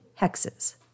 hexes